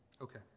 Okay